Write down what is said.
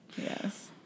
Yes